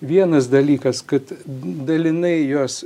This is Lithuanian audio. vienas dalykas kad dalinai jos